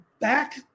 Back